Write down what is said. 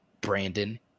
Brandon